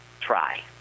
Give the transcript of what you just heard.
Try